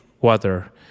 water